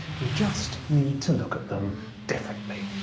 we just need to look at them differently.